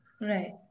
Right